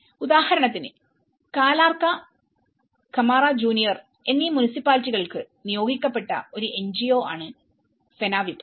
ഉദാഹരണത്തിന് കാലാർക്ക കമാറ ജൂനിയർ എന്നീ മുൻസിപ്പാലിറ്റികൾക്ക് നിയോഗിക്കപ്പെട്ട ഒരു എൻജിഒ ആണ് 'ഫെനാവിപ്'